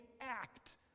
act